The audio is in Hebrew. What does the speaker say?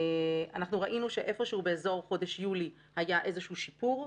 אנחנו ראינו שאיפה שהוא באזור חודש יולי היה איזשהו שיפור.